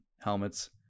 helmets